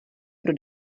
pro